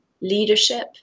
leadership